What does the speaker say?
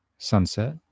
Sunset